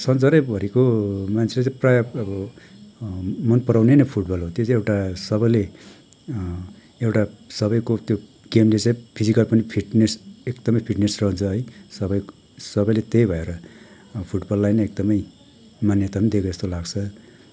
संसारैभरिको मान्छेले चाहिँ प्रायः अब मन पराउने नै फुटबल हो त्यो चाहिँ एउटा सबैले एउटा सबैको त्यो केन्द्र चाहिँ फिजिकल पनि फिट्नेस एकदमै फिट्नेस रहन्छ है सबैक सबैले त्यही भएर फुटबललाई नै एकदमै मान्यता पनि दिएको जस्तो लाग्छ